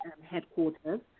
headquarters